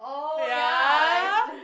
ya